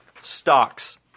stocks